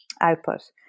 output